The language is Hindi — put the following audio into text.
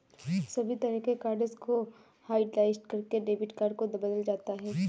सभी तरह के कार्ड्स को हाटलिस्ट करके डेबिट कार्ड को बदला जाता है